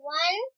one